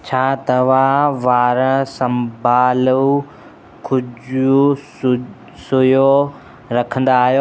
छा तव्हां वार संभालू खुजू सु सुयो रखंदा आहियो